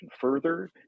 further